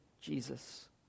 Jesus